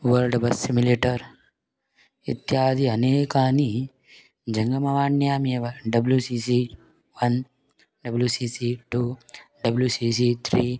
world bus simulator इत्यादि अनेकानि जङ्गमवाण्यामेव W C C one W C C two W C C त्रि